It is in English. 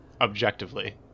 objectively